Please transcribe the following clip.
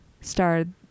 starred